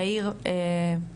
יאיר אם אתה צריך את שירותיהם.